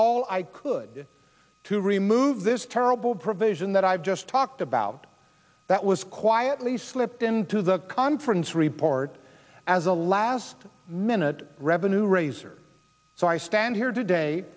all i could to remove this terrible provision that i've just talked about that was quietly slipped into the conference report as a last minute revenue raiser so i stand here today